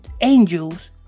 angels